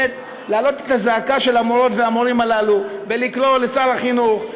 להעלות את הזעקה של המורות והמורים הללו ולקרוא לשר החינוך,